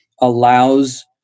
allows